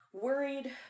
Worried